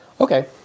Okay